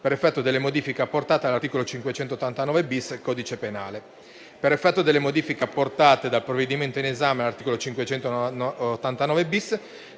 per effetto delle modifiche apportate all'articolo 589-*bis* del codice penale. Per effetto delle modifiche apportate dal provvedimento in esame all'articolo 589-*bis*,